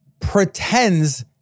pretends